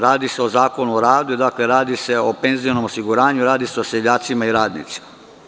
Radi se o Zakonu o radu, radi se o penzionom osiguranju, radi se o seljacima i radnicima.